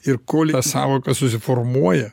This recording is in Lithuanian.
ir kol ją sąvoką susiformuoja